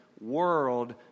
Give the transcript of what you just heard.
world